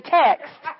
text